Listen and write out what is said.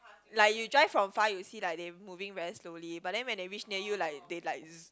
like you drive from far you will see like they moving very slowly but then when they reach near you like they like